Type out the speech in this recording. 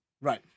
Right